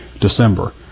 December